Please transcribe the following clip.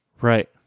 Right